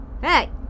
Hey